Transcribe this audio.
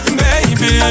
baby